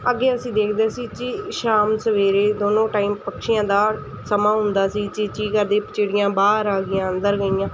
ਅੱਗੇ ਅਸੀਂ ਦੇਖਦੇ ਸੀ ਚੀ ਸ਼ਾਮ ਸਵੇਰੇ ਦੋਨੋਂ ਟਾਈਮ ਪਕਸ਼ੀਆਂ ਦਾ ਸਮਾਂ ਹੁੰਦਾ ਸੀ ਚੀਂ ਚੀਂ ਕਰਦੀ ਚਿੜੀਆਂ ਬਾਹਰ ਆ ਗਈਆਂ ਅੰਦਰ ਗਈਆਂ